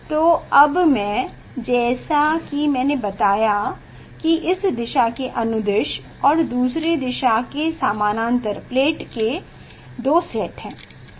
तो अब मैं जैसा कि मैंने बताया कि इस दिशा के अनुदिश और दूसरी दिशा में समानांतर प्लेट के दो सेट हैं